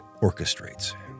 orchestrates